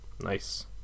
Nice